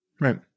Right